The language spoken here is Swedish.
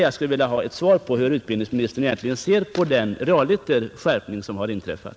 Jag skulle vilja ha ett svar på hur utbildningsministern ser på den skärpning som i realiteten har inträffat.